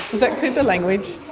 that cooper language?